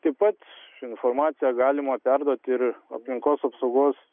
taip pat informaciją galima perduoti ir aplinkos apsaugos